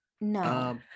No